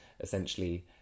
essentially